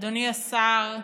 אדוני השר,